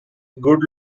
good